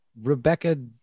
Rebecca